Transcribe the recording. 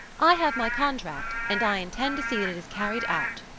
i have my contract, and i intend to see that it is carried out.